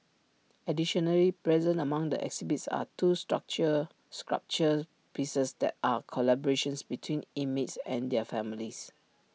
additionally present among the exhibits are two structure sculpture pieces that are collaborations between inmates and their families